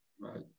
Right